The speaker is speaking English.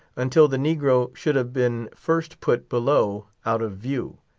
until the negro should have been first put below out of view.